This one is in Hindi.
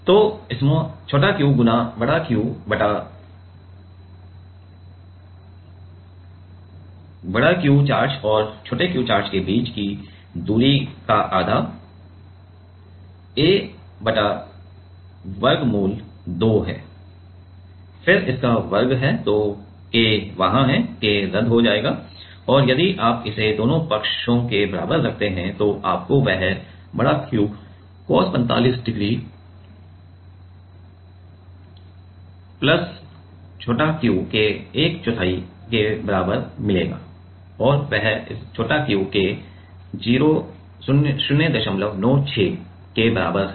तो qQ बटा Q चार्ज और q चार्ज के बीच की दूरी का आधा a बटा वर्गमूल 2 है फिर इसका वर्ग है तो K वहां है K रद्द हो जाएगा और यदि आप इसे दोनों पक्षों के बराबर करते हैं तो आपको वह Q cos 45 degree plus q के एक चौथाई के बराबर मिलेगा और वह q के 096 के बराबर है